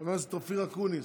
חבר הכנסת אופיר אקוניס,